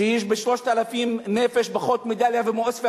שיש בה 3,000 נפש פחות מבדאליה ומעוספיא,